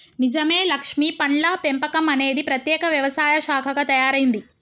నిజమే లక్ష్మీ పండ్ల పెంపకం అనేది ప్రత్యేక వ్యవసాయ శాఖగా తయారైంది